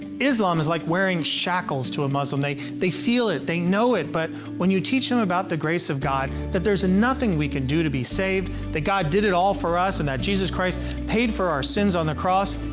islam is like wearing shackles to a muslim. they they feel it. they know it. but it. but, when you teach them about the grace of god, that there's nothing we can do to be saved, that god did it all for us, and that jesus christ paid for our sins on the cross,